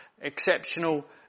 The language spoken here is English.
exceptional